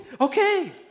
okay